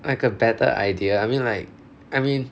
like a better idea I mean like I mean